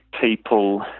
people